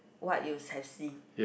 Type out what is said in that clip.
what you have see